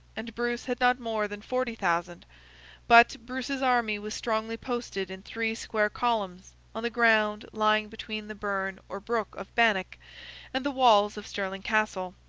and bruce had not more than forty thousand but, bruce's army was strongly posted in three square columns, on the ground lying between the burn or brook of bannock and the walls of stirling castle.